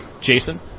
Jason